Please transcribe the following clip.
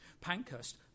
Pankhurst